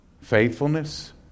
faithfulness